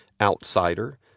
outsider